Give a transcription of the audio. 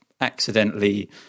accidentally